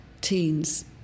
teens